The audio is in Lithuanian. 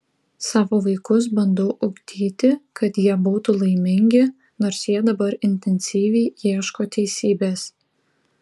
savo vaikus bandau ugdyti kad jie būtų laimingi nors jie dabar intensyviai ieško teisybės